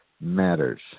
matters